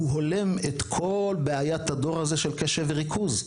הולם את כל בעיית הדור הזה של קשב וריכוז.